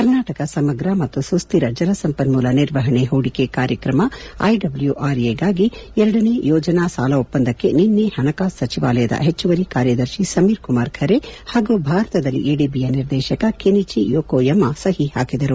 ಕರ್ನಾಟಕ ಸಮಗ್ರ ಮತ್ತು ಸುಸ್ತಿರ ಜನ ಸಂಪನ್ಮೂಲ ನಿರ್ವಹಣೆ ಹೂಡಿಕೆ ಕಾರ್ಯಕ್ರಮ ಐಡಬ್ಲೂ ಆರ್ ಎ ಕ್ಕಾಗಿ ಎರಡನೇ ಯೋಜನಾ ಸಾಲ ಒಪ್ಪಂದಕ್ಕೆ ನಿನ್ನಿ ಹಣಕಾಸು ಸಚಿವಾಲಯದ ಹೆಚ್ಚುವರಿ ಕಾರ್ಯದರ್ಶಿ ಸಮೀರ್ ಕುಮಾರ್ ಖರೆ ಹಾಗೂ ಭಾರತದಲ್ಲಿ ಎಡಿಬಿಯ ನಿರ್ದೇಶಕ ಕೆನಿಚಿ ಯೋಕೋಯಮಾ ಸಹಿ ಹಾಕಿದರು